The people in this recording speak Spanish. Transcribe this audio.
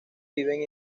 viven